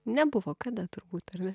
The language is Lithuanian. nebuvo kada turbūt ar ne